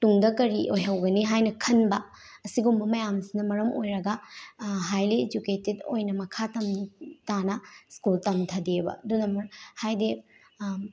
ꯇꯨꯡꯗ ꯀꯔꯤ ꯑꯣꯏꯍꯧꯒꯅꯤ ꯍꯥꯏꯅ ꯈꯟꯕ ꯑꯁꯤꯒꯨꯝꯕ ꯃꯌꯥꯝꯁꯤꯅ ꯃꯔꯝ ꯑꯣꯏꯔꯒ ꯍꯥꯏꯂꯤ ꯏꯖꯨꯀꯦꯇꯦꯠ ꯑꯣꯏꯅ ꯃꯈꯥ ꯇꯥꯅ ꯁ꯭ꯀꯨꯜ ꯇꯝꯊꯗꯦꯕ ꯑꯗꯨꯅ ꯑꯃꯨꯛ ꯍꯥꯏꯗꯤ